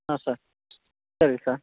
ಹಾಂ ಸರ್ ಸರಿ ಸರ್